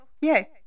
yay